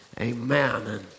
Amen